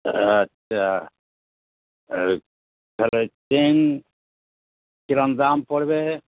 আচ্ছা আর ওই তাহলে ওই চেইন কীরকম দাম পড়বে